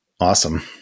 Awesome